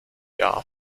jahr